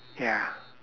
ya